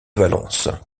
valence